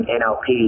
nlp